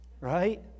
right